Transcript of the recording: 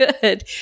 good